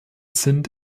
sind